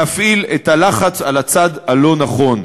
להפעיל את הלחץ על הצד הלא-נכון.